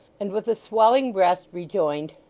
and with a swelling breast rejoined,